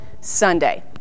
Sunday